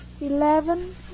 Eleven